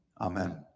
Amen